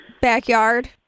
backyard